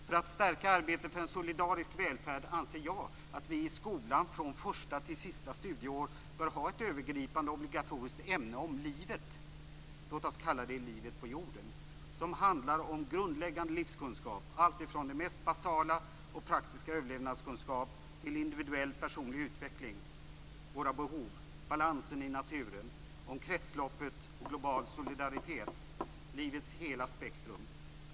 För att stärka arbetet för en solidarisk välfärd anser jag att man i skolan från första till sista studieår bör ha ett övergripande och obligatoriskt ämne om livet - låt oss kalla det för livet på jorden - som handlar om grundläggande livskunskap, alltifrån den mest basala och praktiska överlevnadskunskap till individuell personlig utveckling, våra behov, balansen i naturen, om kretsloppet och global solidaritet, dvs. om livets hela spektrum.